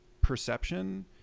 perception